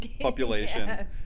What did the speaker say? population